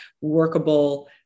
workable